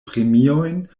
premiojn